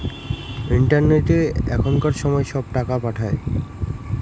ইন্টারনেটে এখনকার সময় সব টাকা পাঠায়